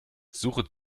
suche